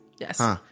Yes